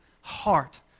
heart